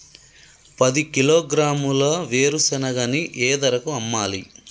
పది కిలోగ్రాముల వేరుశనగని ఏ ధరకు అమ్మాలి?